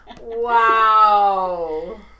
Wow